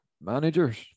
managers